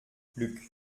luc